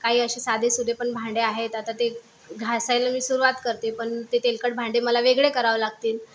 काही आसे साधेसुधे पण भांडे आहेत आता ते घासायला मी सुरुवात करते पण ते तेलकट भांडे मला वेगळे करावं लागतील